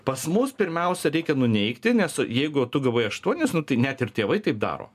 pas mus pirmiausia reikia nuneigti nes jeigu tu gavai aštuonis nu tai net ir tėvai taip daro